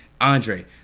Andre